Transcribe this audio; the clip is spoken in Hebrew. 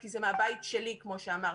כי זה מהבית שלי, כמו שאמרתם.